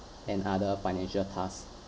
and other financial tasks